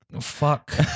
fuck